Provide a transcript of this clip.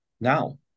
now